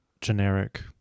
generic